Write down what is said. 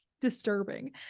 disturbing